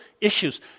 issues